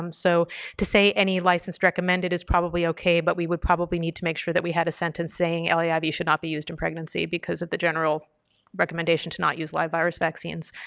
um so to say any licensed recommended is probably okay, but we would probably need to make sure that we had a sentence saying ah yeah laiv should not be used in pregnancy because of the general recommendation to not use live virus vaccines.